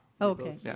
Okay